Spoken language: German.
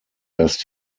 dass